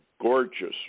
gorgeous